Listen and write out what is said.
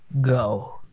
Go